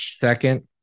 second